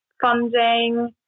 funding